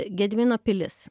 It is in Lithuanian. gedimino pilis